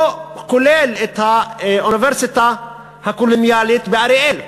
לא כולל את האוניברסיטה הקולוניאלית באריאל.